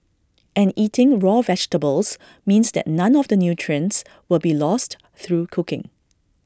and eating raw vegetables means that none of the nutrients will be lost through cooking